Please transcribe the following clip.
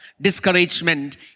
discouragement